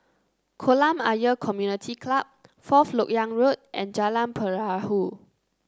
Kolam Ayer Community Club Fourth LoK Yang Road and Jalan Perahu